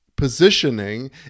positioning